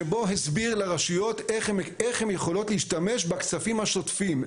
שבו הסביר לרשויות איך הן יכולות להשתמש בכספים השוטפים,